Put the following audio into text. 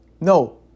No